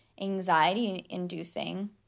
anxiety-inducing